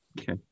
Okay